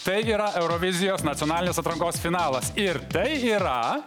tai yra eurovizijos nacionalinės atrankos finalas ir tai yra